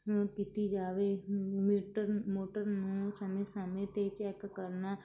ਕੀਤੀ ਜਾਵੇ meter motor ਨੂੰ ਸਮੇਂ ਸਮੇਂ 'ਤੇ ਚੈੱਕ ਕਰਨਾ